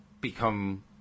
become